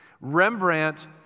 Rembrandt